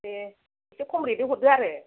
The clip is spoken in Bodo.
दे एसे खम रेटजों हरदो आरो